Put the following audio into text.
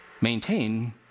maintain